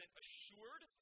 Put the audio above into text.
assured